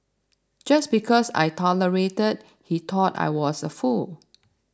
just because I tolerated he thought I was a fool